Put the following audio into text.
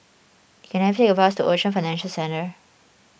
can I take a bus to Ocean Financial Centre